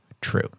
True